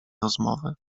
rozmowy